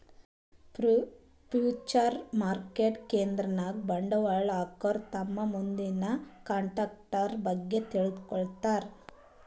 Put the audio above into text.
future market ಕೇಂದ್ರದಾಗ್ ಬಂಡವಾಳ್ ಹಾಕೋರು ತಮ್ ಮುಂದಿನ ಕಂಟ್ರಾಕ್ಟರ್ ಬಗ್ಗೆ ತಿಳ್ಕೋತಾರ್